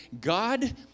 God